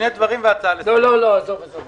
הכנסת אופיר